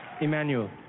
Emmanuel